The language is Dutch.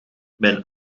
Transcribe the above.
mijn